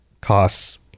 costs